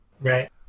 Right